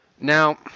Now